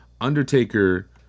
Undertaker